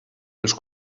els